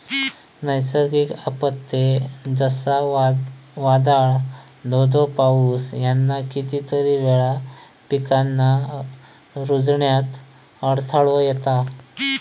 नैसर्गिक आपत्ते, जसा वादाळ, धो धो पाऊस ह्याना कितीतरी वेळा पिकांच्या रूजण्यात अडथळो येता